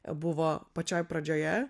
buvo pačioj pradžioje